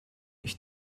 ich